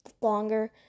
longer